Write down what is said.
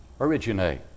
originate